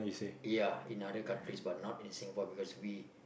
ya in other countries but not in Singapore because we